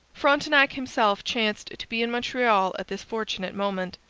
frontenac himself chanced to be in montreal at this fortunate moment.